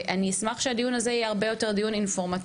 ואני אשמח שהדיון הזה יהיה הרבה יותר דיון אינפורמטיבי,